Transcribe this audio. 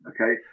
Okay